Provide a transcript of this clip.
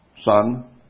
son